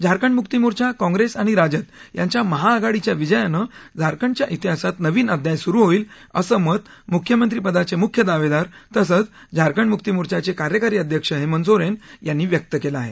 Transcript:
झारखंड मुक्ती मोर्चा काँग्रेस आणि राजद यांच्या महाआघाडीच्या विजयानं झारखंडच्या तिहासात नवीन अध्याय सुरु होईल असं मत मुख्यमंत्रीपदाचे मुख्य दावेदार तसंच झारखंड मुकी मोर्चाचे कार्यकारी अध्यक्ष हेमंत सोरेन यांनी व्यक्त केलं आहे